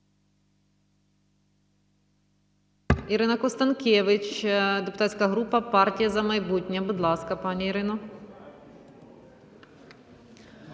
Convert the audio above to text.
Ірина Констанкевич, депутатська група "Партія "За майбутнє". Будь ласка, пані Ірино.